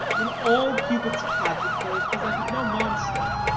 in all cupid's pageant there is presented no monster.